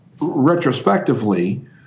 retrospectively